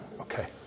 Okay